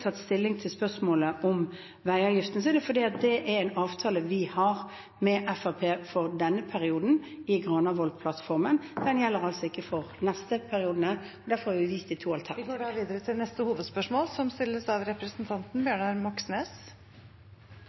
tatt stilling til spørsmålet om veiavgiften, er det fordi det er en avtale vi har med Fremskrittspartiet for denne perioden – gjennom Granavolden-erklæringen – men den gjelder ikke for de neste periodene, og derfor har vi vist de to …. Vi går da videre til neste hovedspørsmål. Strømprisene går i været. En som